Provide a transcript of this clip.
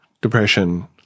depression